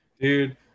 Dude